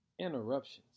interruptions